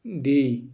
D